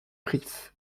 rif